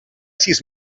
sis